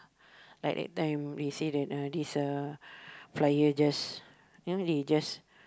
like that time they say that uh this uh flyer just you know they just